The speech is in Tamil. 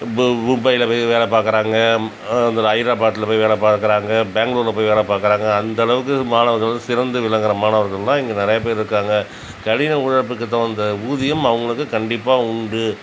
பு மும்பையில் போய் வேலை பார்க்கறாங்க இந்த ர ஹைத்ராபாடில் போய் வேலை பார்க்கறாங்க பேங்களூரில் போய் வேலை பார்க்கறாங்க அந்த அளவுக்கு மாணவர்கள் சிறந்து விளங்குகிற மாணவர்கள் தான் இங்கே நிறையா பேரிருக்காங்க கடின உழைப்புக்கு தகுந்த ஊதியம் அவங்களுக்கு கண்டிப்பாக உண்டு